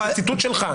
ציטוט שלך.